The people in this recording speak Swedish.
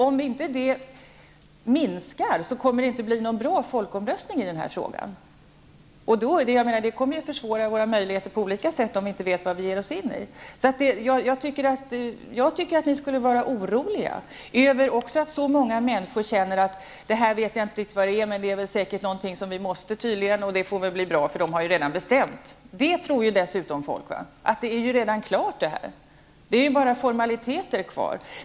Om inte detta glapp minskar, kommer det inte att bli någon bra folkomröstning i frågan. Vet vi inte vad vi ger oss in i, kommer det ju att på olika sätt försvåra och minska våra möjligheter. Jag tycker att ni borde vara oroliga, bl.a. därför att många människor tänker att de inte riktigt vet vad det gäller men att det tydligen är någonting som de måste räkna med och att det hela ju redan har bestämts. Folk tror ju att det redan är klart och att det bara återstår formaliteter.